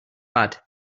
bad